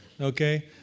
Okay